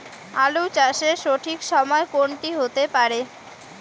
আলু চাষের সঠিক সময় কোন টি হতে পারে?